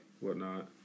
whatnot